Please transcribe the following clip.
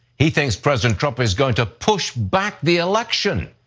he thinks president trump is going to push back the election.